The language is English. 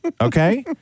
okay